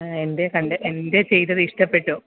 എന്റെ കണ്ട് എന്റെ ചെയ്തത് ഇഷ്ടപ്പെട്ടു